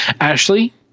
Ashley